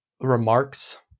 remarks